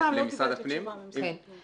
אף פעם לא קיבלתי תשובה ממשרד הפנים.